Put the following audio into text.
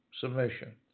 Submission